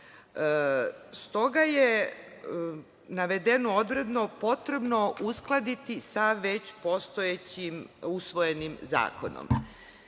Stoga je navedeno odredbi potrebno uskladiti sa već postojećim, usvojenim zakonom.